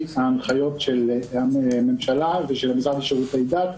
ההנחיות של הממשלה ושל המשרד לשירותי דת.